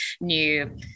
new